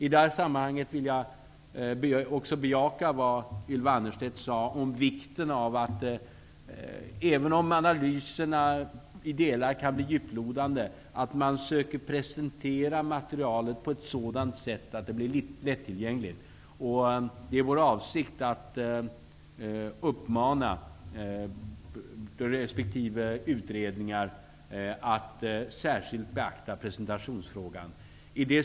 I det här sammanhanget vill jag också bejaka vad Ylva Annerstedt sade om vikten av att man -- även om analyserna i delar kan bli djuplodande -- försöker presentera materialet på ett sådant sätt att det blir lättillgängligt. Det är vår avsikt att uppmana resp. utredningar att särskilt beakta presentationsfrågan.